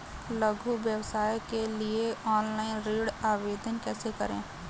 लघु व्यवसाय के लिए ऑनलाइन ऋण आवेदन कैसे करें?